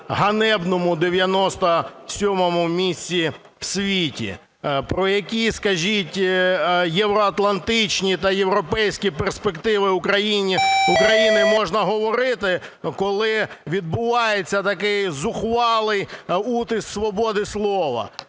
ганебному 97 місці в світі. Про які, скажіть, євроатлантичні та європейські перспективи України можна говорити, коли відбувається такий зухвалий утиск свободи слова?